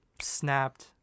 snapped